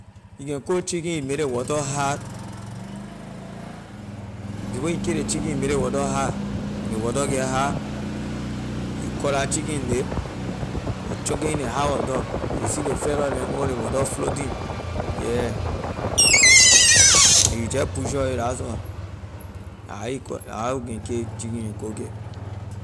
You can cook chicken you make ley water hot before you kill ley chicken you make ley water hot when ley water get hot you cut la chicken neck you trunk it in ley hot water you will see ley feather neh over ley water floating yeah and you just butcher it that’s all la how you cu- la how you can kay chicken and cook it.